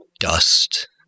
Dust